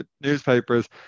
newspapers